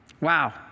Wow